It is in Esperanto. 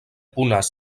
punas